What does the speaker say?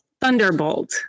Thunderbolt